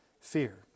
fear